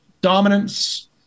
dominance